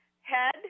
head